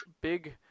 big